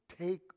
take